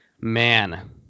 man